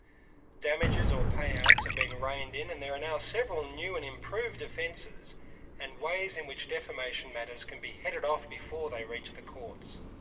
damages or payouts have been reined in, and there are now several new and improved defences and ways in which defamation matters can be headed off before they reach the courts.